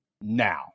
now